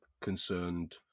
concerned